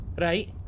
right